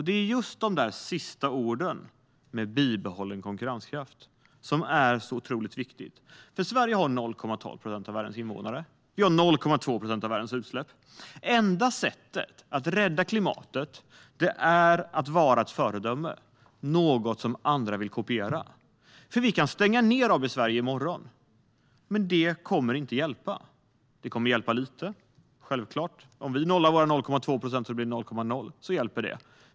Det är de sista orden, "med bibehållen konkurrenskraft", som är så otroligt viktiga. Sverige har 0,12 procent av världens invånare och 0,2 procent av världens utsläpp. Enda sättet för oss att rädda klimatet är att vara ett föredöme, något som andra vill kopiera. Vi kan stänga ned AB Sverige i morgon, men det kommer inte att hjälpa. Det kommer självklart att hjälpa lite - om vi nollar våra 0,2 procent så att de blir 0,0 hjälper det.